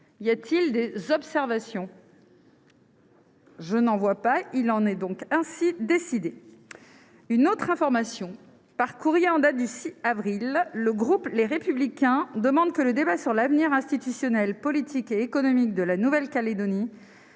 Y a-t-il des observations ?... Il en est ainsi décidé. Par courrier en date du 6 avril, le groupe Les Républicains demande que le débat sur l'avenir institutionnel, politique et économique de la Nouvelle-Calédonie,